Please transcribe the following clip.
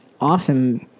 awesome